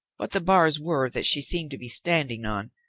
what the bars were that she seemed to be standing on,